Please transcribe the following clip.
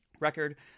record